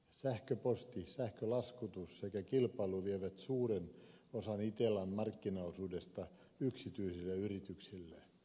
sähköposti sähkölaskutus sekä kilpailu vievät suuren osan itellan markkinaosuudesta yksityisille yrityksille